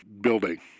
building